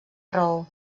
raó